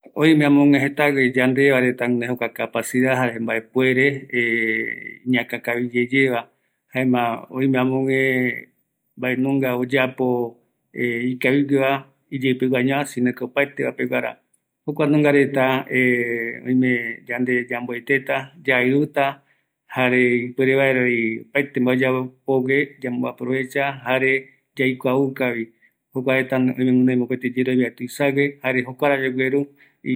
﻿Oime amogue jetague yandeva reta guinoi jokua kapacidad jare mbaepuere iñakakavi yeyeva, jaema oime amogue mbaenunga oyapo ikavigueva, iyeipeguañoa, sino que opaeteva peguara, jokua nungareta oime yande yamboeteta, yaiuta, jare ipuere vaeravi opaetre mbae oyeapogua, yamboaprovecha jare yaikuaukavi, jokua reta guinoi mopeti yerovia tuisague jare jokuare gueru